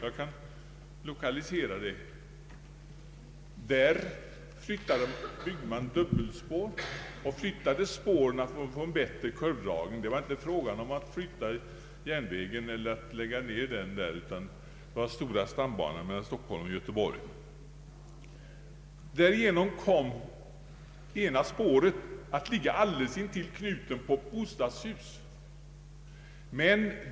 Där byggdes ett dubbelspår, och spåret flyttades för att få en bättre kurvdragning. Det var inte fråga om att flytta järnvägslinjen eller att lägga ned den. Det gällde stambanan mellan Stockholm och Göteborg. Genom den nya kurvdragningen kom det ena spåret att ligga alldeles intill knuten av ett bostadshus.